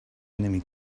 enemy